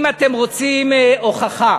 אם אתם רוצים הוכחה